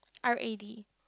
R A D